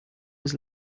was